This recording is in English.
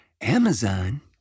Amazon